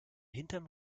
hinterm